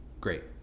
great